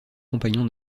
compagnons